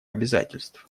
обязательств